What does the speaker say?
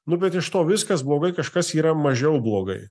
nu bet iš to viskas blogai kažkas yra mažiau blogai